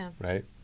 right